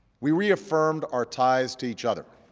we reaffirmed our ties to each other,